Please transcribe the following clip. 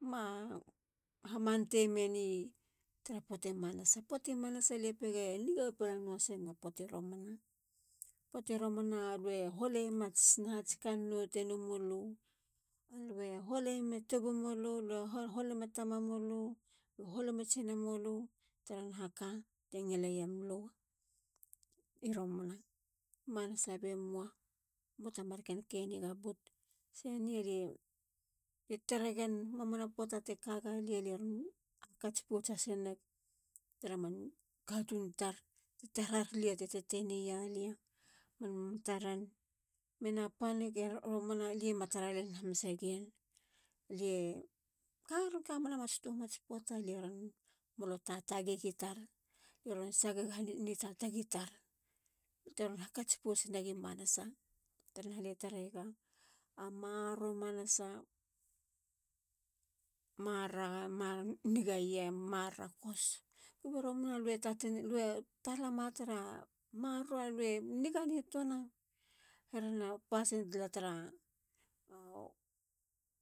Ma hamante meni tara poati manasa, poati manasa lie pege, niga balanua has nena poati romana, poati romana lue holeyema ats nahats kannou te nomulu, alue holeyemetubumulu, lue holeyeme tamamulu, lue holeyeme tsinamulu tara nahaka te ngileyemlu i romana. Manasa be mua, moata marken keni ga but, seni alie taregen, mamana poatate kaga lia. lie ron hakats pouts has neg tara man katun tar, ti tarar lia ti tetene yalia, man mataren, mena panig, i romana lie mataralen hase gien lia. Kamena matstua mats poata, lie ron molo tatagik itar, lie ron sageho a maroro manasa, maroro ema niga yi, a maroro a kos. Kubi romana alue tatala ma tara maroro alue, maroro eniganituana, herena u pasin tala tara